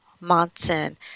Monson